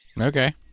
okay